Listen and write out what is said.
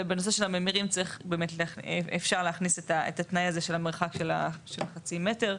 ובנושא של הממירים אפשר להכניס את התנאי הזה של המרחק של החצי מטר,